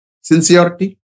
sincerity